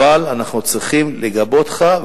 אבל אנחנו צריכים לגבות אותך,